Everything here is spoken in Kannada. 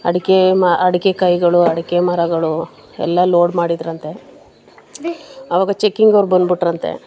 ಅಡಿಕೆ ಮಾ ಅಡಿಕೆ ಕಾಯಿಗಳು ಅಡಿಕೆ ಮರಗಳು ಎಲ್ಲ ಲೋಡ್ ಮಾಡಿದ್ದರಂತೆ ಅವಾಗ ಚೆಕ್ಕಿಂಗವ್ರು ಬಂದ್ಬಿಟ್ರಂತೆ